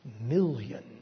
million